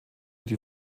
die